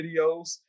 videos